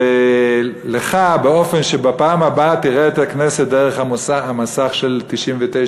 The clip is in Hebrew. לך באופן שבפעם הבאה תראה את הכנסת דרך המסך של ערוץ 99,